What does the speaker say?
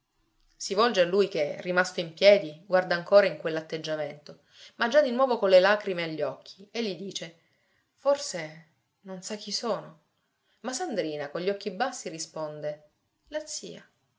si volge a lui che rimasto in piedi guarda ancora in quell'atteggiamento ma già di nuovo con le lacrime agli occhi e gli dice forse non sa chi sono ma sandrina con gli occhi bassi risponde la zia